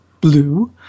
blue